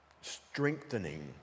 strengthening